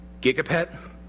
gigapet